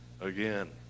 again